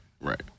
Right